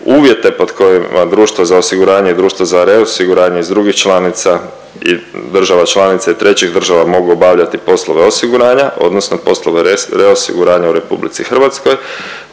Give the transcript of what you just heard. uvjete pod kojima društvo za osiguranje i društvo za reosiguranje iz drugih članica, država članica i trećih država mogu obavljati poslove osiguranja odnosno poslove reosiguranja u RH te nadzor